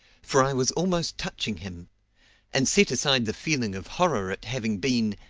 for i was almost touching him and set aside the feeling of horror at having been,